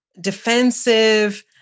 defensive